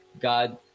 God